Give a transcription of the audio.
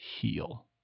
heal